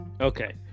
Okay